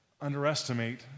underestimate